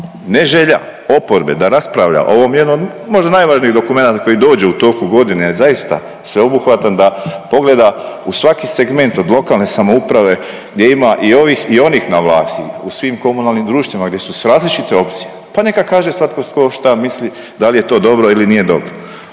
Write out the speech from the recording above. Ne želja oporbe da raspravlja o ovom jednom možda najvažniji dokumenat koji dođe u toku godine je zaista sveobuhvatan da pogleda u svaki segment od lokalne samouprave gdje ima i ovih i onih na vlasti, u svim komunalnim društvima gdje su različite opcije, pa neka kaže svatko tko šta misli da li je to dobro ili nije dobro.